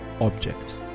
object